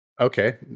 Okay